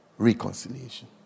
Reconciliation